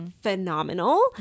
phenomenal